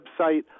website